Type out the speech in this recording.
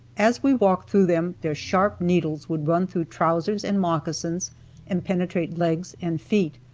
as we walked through them their sharp needles would run through trousers and moccasins and penetrate legs and feet.